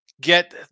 get